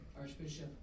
Archbishop